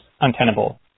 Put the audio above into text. untenable